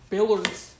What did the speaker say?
Billards